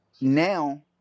now